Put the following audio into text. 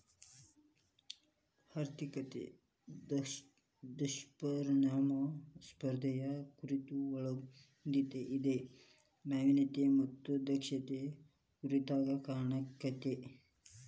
ಆರ್ಥಿಕತೆ ದುಷ್ಪರಿಣಾಮ ಸ್ಪರ್ಧೆಯ ಕೊರತೆ ಒಳಗೊಂಡತೇ ಇದು ನಾವಿನ್ಯತೆ ಮತ್ತ ದಕ್ಷತೆ ಕೊರತೆಗೆ ಕಾರಣಾಕ್ಕೆತಿ